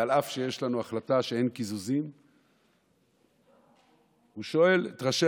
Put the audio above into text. ואף שיש לנו החלטה שאין קיזוזים הוא שואל את ראשי